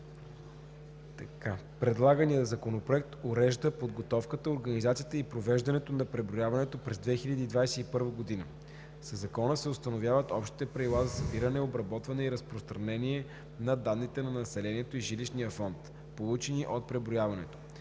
Предлаганият Законопроект урежда подготовката, организацията и провеждането на преброяването през 2021 г. Със Закона се установяват общите правила за събиране, обработване и разпространение на данни за населението и жилищния фонд, получени от преброяването.